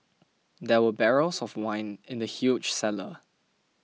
there were barrels of wine in the huge cellar